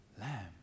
lamb